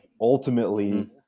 ultimately